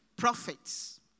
Prophets